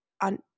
on